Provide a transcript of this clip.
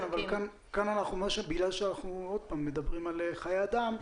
כן, אבל כאן בגלל שאנחנו מדברים על חיי אדם,